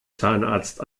zahnarzt